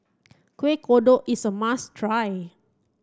Kuih Kodok is a must try